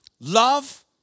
Love